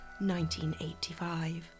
1985